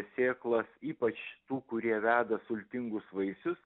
sėklas ypač tų kurie veda sultingus vaisius